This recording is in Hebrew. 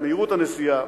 את מהירות הנסיעה.